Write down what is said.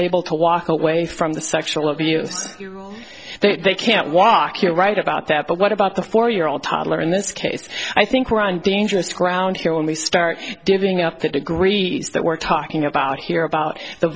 able to walk away from the sexual abuse that they can't walk you're right about that but what about the four year old toddler in this case i think we're on dangerous ground here when we start giving up the degree that we're talking about here about the